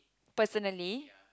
personally